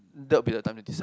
that will be the time to decide